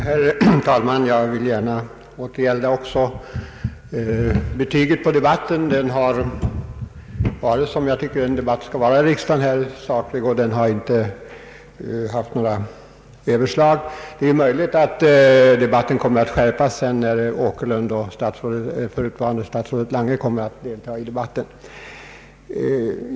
Herr talman! Även jag vill gärna instämma i betygsättningen av debatten. Den har varit saklig, som en debatt i riksdagen bör vara, och den har inte haft några överslag. Det är dock möjligt att debatten kommer att skärpas när herr Åkerlund och förutvarande statsrådet Lange, som finns härnäst på talarlistan, kommer att delta i den.